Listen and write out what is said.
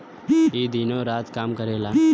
ई दिनो रात काम करेला